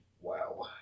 Wow